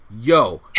Yo